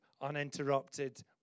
uninterrupted